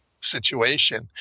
situation